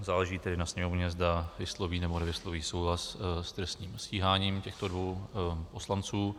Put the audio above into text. Záleží tedy na Sněmovně, zda vysloví, nebo nevysloví souhlas s trestním stíháním těchto dvou poslanců.